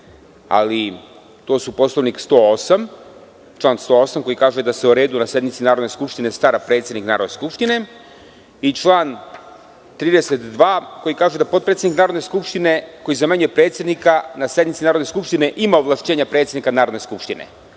ali to je član 108, koji kaže – da se o redu na sednici Narodne skupštine stara predsednik Narodne skupštine i član 32, koji kaže – da potpredsednik Narodne skupštine, koji zamenjuje predsednika na sednici Narodne skupštine ima ovlašćenja predsednika Narodne skupštine,